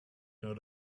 note